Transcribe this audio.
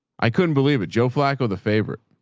i couldn't believe it. joe flacco. the favorite.